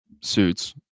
Suits